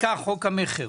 פקע חוק המכר.